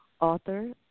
author